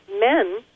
men